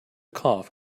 cough